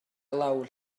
lawr